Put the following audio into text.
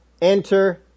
Enter